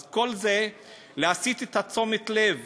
אז כל זה, להסיט את תשומת הלב